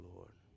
Lord